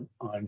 on